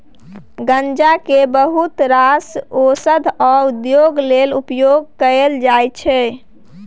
गांजा केँ बहुत रास ओषध आ उद्योग लेल उपयोग कएल जाइत छै